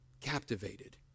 captivated